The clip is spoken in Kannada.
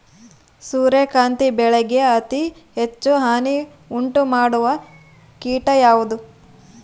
ಸೂರ್ಯಕಾಂತಿ ಬೆಳೆಗೆ ಅತೇ ಹೆಚ್ಚು ಹಾನಿ ಉಂಟು ಮಾಡುವ ಕೇಟ ಯಾವುದು?